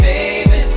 Baby